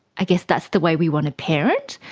i guess that's the way we want to parent.